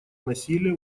насилия